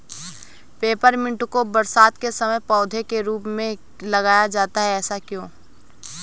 Peppermint को बरसात के समय पौधे के रूप में लगाया जाता है ऐसा क्यो?